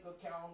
account